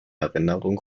erinnerung